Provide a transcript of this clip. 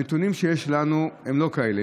הנתונים שיש לנו הם לא כאלה,